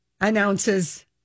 announces